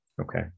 Okay